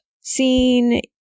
scene